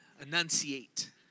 enunciate